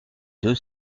deux